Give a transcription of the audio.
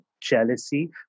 jealousy